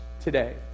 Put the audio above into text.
today